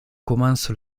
commence